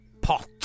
pot